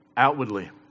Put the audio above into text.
Outwardly